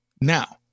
Now